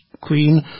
Queen